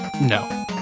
No